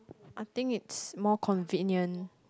I think it's more convenient